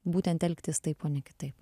būtent elgtis taip o ne kitaip